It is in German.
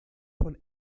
von